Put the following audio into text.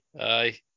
aye